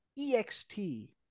EXT